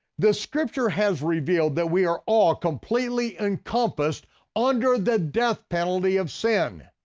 the scripture has revealed that we are all completely encompassed under the death penalty of sin.